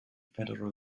federal